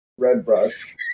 Redbrush